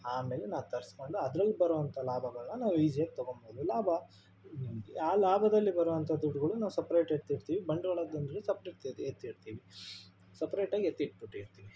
ಆಮೇಲೆ ನಾ ತರಿಸ್ಕೊಂಡು ಅದ್ರಲ್ಲಿ ಬರುವಂತ ಲಾಭಗಳನ್ನ ನಾವು ಈಸಿಯಾಗಿ ತಗೊಂಬೋದು ಲಾಭ ಆ ಲಾಭದಲ್ಲಿ ಬರುವಂತ ದುಡ್ಡುಗಳು ನಾವು ಸಪ್ರೇಟ್ ಎತ್ತಿಡ್ತೀವಿ ಬಂಡವಾಳದ್ದಂದ್ರೆ ಸಪ್ರೇಟ್ಯತ್ತಿ ಎತ್ತಿಡ್ತೀವಿ ಸಪ್ರೇಟಾಗಿ ಎತ್ತಿಟ್ಟುಬಿಟ್ಟಿರ್ತೀವಿ